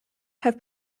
have